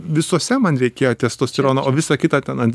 visuose man reikėjo testosterono o visa kita ten ant